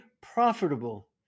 profitable